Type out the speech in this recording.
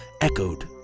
echoed